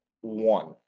one